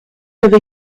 other